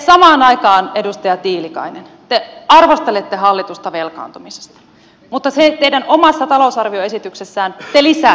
te samaan aikaan edustaja tiilikainen arvostelette hallitusta velkaantumisesta ja teidän omassa talousarvioesityksessänne lisäätte valtion velkaantumista